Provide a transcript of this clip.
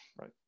Right